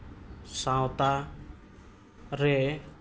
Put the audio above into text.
ᱥᱟᱶᱛᱟ ᱨᱮ